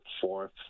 fourth